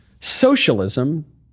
socialism